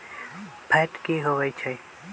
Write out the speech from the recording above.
Fat की होवछै?